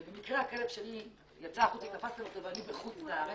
ובמקרה הכלב שלי יצא החוצה ותפסתם אותו ואני בחו"ל,